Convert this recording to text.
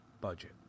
budget